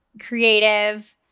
creative